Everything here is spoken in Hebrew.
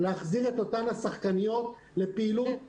להחזיר את אותן השחקניות לפעילות.